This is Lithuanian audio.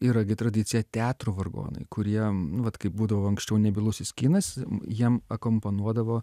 yra gi tradicija teatro vargonai kurie nu vat kaip būdavo anksčiau nebylusis kinas jiem akompanuodavo